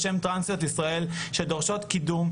בשם טרנסיות ישראל שדורשות קידום,